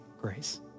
grace